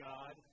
God